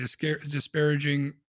disparaging